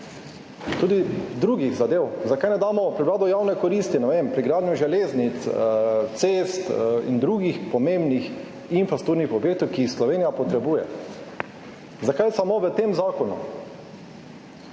tudi drugih zadev? Zakaj ne damo prevlado javne koristi, ne vem, pri gradnji železnic, cest in drugih pomembnih infrastrukturnih objektov, ki jih Slovenija potrebuje? Zakaj samo v tem zakonu?